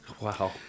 Wow